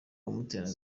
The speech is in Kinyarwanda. umutera